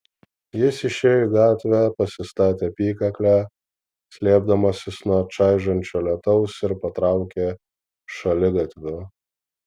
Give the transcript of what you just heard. jis išėjo į gatvę pasistatė apykaklę slėpdamasis nuo čaižančio lietaus ir patraukė šaligatviu